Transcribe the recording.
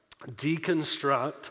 deconstruct